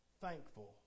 thankful